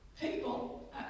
people